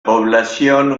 población